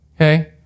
Okay